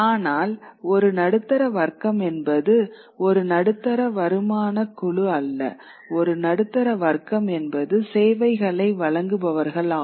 ஆனால் ஒரு நடுத்தர வர்க்கம் என்பது ஒரு நடுத்தர வருமானக் குழு அல்ல ஒரு நடுத்தர வர்க்கம் என்பது சேவைகளை வழங்குபவர்கள் ஆவர்